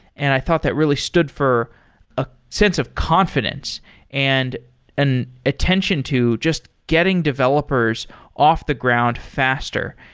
and i thought that really stood for a sense of confidence and an attention to just getting developers off the ground faster.